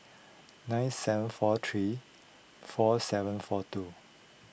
nine seven four three four seven four two